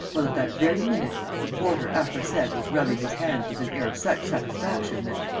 well, at that very minute, the porter aforesaid was rubbing his hands with an air of such satisfaction that,